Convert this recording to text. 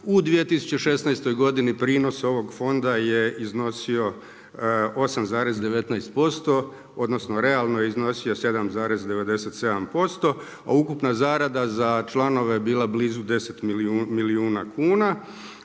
U 2016. godini prinos ovog fonda je iznosio 8,19%, odnosno realno je iznosio 7,97% a ukupna zarada za članove je bila blizu 10 milijuna kuna